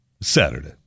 Saturday